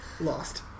lost